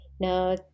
Now